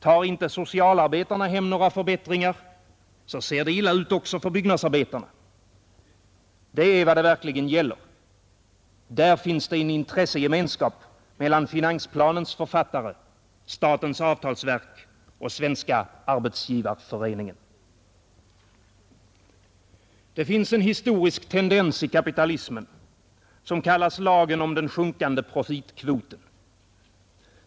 Tar inte socialarbetarna hem några förbättringar, ser det illa ut också för byggnadsarbetarna. Det är vad det verkligen gäller. Där finns det en intressegemenskap mellan finansplanens författare, statens avtalsverk och Svenska arbetsgivareföreningen. Det finns en historisk tendens i kapitalismen som kallas lagen om den sjunkande profitkvoten.